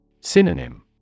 Synonym